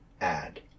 add